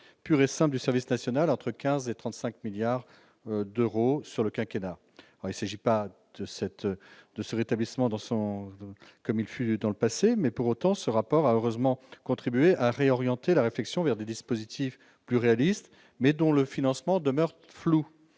pur et simple service national entre 15 et 35 milliards d'euros sur le quinquennat et c'est, j'ai pas de cette, de ce rétablissement dans son comme il fut dans le passé, mais pour autant, ce rapport a heureusement contribuer à réorienter la réflexion vers des dispositifs plus réaliste, mais dont le financement demeurent floues,